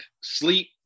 sleep